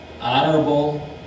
honorable